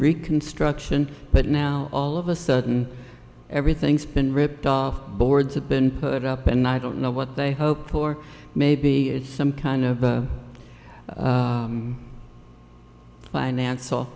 reconstruction but now all of a sudden everything's been ripped off boards have been put up and i don't know what they hope for maybe it's some kind of finance